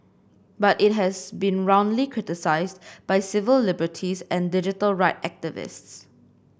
but it has been roundly criticised by civil liberties and digital right activists